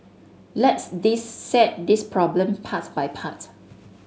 let's dissect this problem part by part